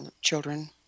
children